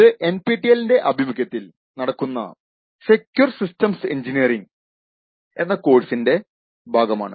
ഇത് NPTEL ന്റെ ആഭിമുഖ്യത്തിൽ നടക്കുന്ന സെക്വർ സിസ്റ്റംസ് എൻജിനീയറിങ്ങ് കോഴ്സിന്റെ ഭാഗമാണ്